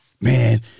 man